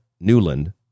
Newland